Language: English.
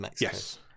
Yes